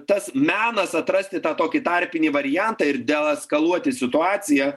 tas menas atrasti tą tokį tarpinį variantą ir deeskaluoti situaciją